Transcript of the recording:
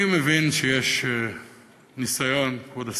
אני מבין שיש ניסיון, כבוד השר,